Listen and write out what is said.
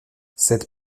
cette